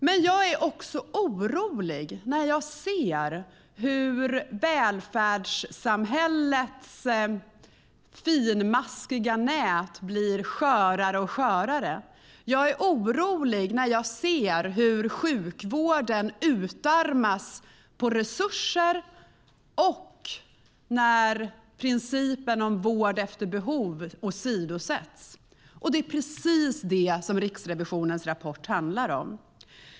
Men jag blir orolig när jag ser välfärdssamhällets finmaskiga nät bli allt skörare. Jag blir orolig när jag ser sjukvården utarmas på resurser och när principen om vård efter behov åsidosätts. Det är precis det som Riksrevisionens rapport handlar om.